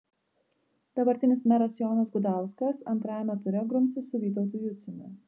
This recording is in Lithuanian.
dabartinis meras jonas gudauskas antrajame ture grumsis su vytautu juciumi